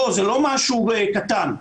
זה לא משהו קטן ולכן,